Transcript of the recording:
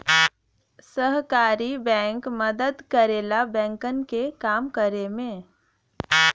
सहकारी बैंक मदद करला बैंकन के काम करे में